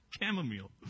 Chamomile